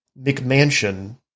McMansion